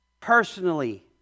personally